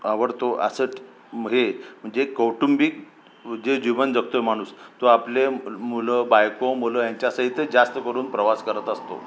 आवडतो असंच हे म्हणजे कौटुंबिक जे जीवन जगतो आहे माणूस तो आपले मुलं बायको मुलं ह्यांच्यासहित जास्त करून प्रवास करत असतो